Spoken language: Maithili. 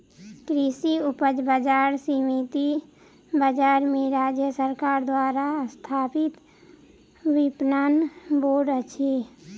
कृषि उपज बजार समिति भारत में राज्य सरकार द्वारा स्थापित विपणन बोर्ड अछि